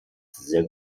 sehr